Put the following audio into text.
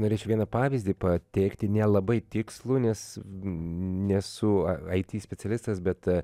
norėčiau vieną pavyzdį pateikti nelabai tikslų nes nesu it specialistas bet